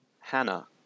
Hannah